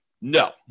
No